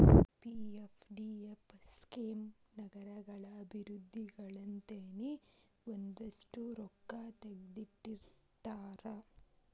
PFDF scheme ನಗರಗಳ ಅಭಿವೃದ್ಧಿಗಂತನೇ ಒಂದಷ್ಟ್ ರೊಕ್ಕಾ ತೆಗದಿಟ್ಟಿರ್ತಾರ